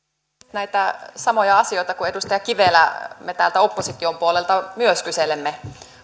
näitä samoja asioita kuin edustaja kivelä me täältä opposition puolelta myös kyselemme